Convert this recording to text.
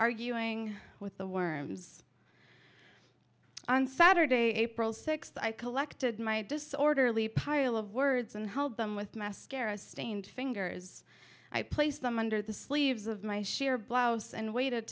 arguing with the worms on saturday april sixth i collected my disorderly pile of words and held them with mascara stained fingers i place them under the sleeves of my share blouse and waited